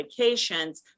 medications